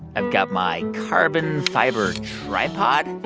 i've got my carbon-fiber tripod.